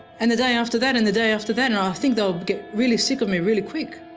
and the day after that and the day after that. and i think they'll get really sick of me really quick.